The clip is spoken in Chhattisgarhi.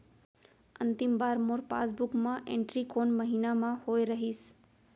अंतिम बार मोर पासबुक मा एंट्री कोन महीना म होय रहिस?